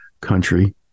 country